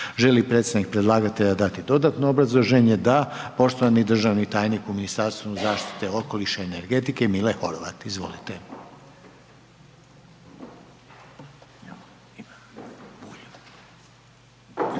li predstavnik predlagatelja dati dodatno obrazloženje? Da, poštovani državni tajnik u Ministarstvu zaštite okoliša i energetike Mile Horvat, izvolite.